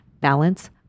balance